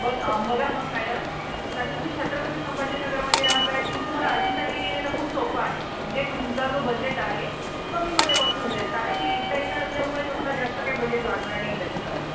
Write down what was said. बघ बघा मग मॅडम बघा तर आता तुम्ही छत्रपती संभाजी नगरमध्ये राहत आहात मग तुम्हाला अजिंठा लेणी यायला खूप सोपं आहे म्हणजे तुमचा जो बजेट आहे तो कमीमध्ये बसून जाईल कारण की इथल्या इथं असल्यामुळे तुम्हाला जास्त काई बजेट लागणार नाही त्याच्यासाठी